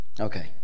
Okay